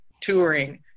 touring